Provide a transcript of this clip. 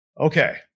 Okay